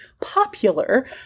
popular